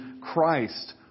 Christ